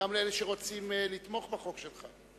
גם לאלה שרוצים לתמוך בחוק שלך.